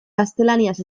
gaztelaniaz